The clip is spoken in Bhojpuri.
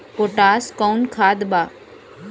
पोटाश कोउन खाद बा?